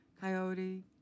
coyote